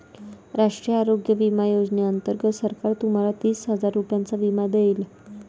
राष्ट्रीय आरोग्य विमा योजनेअंतर्गत सरकार तुम्हाला तीस हजार रुपयांचा विमा देईल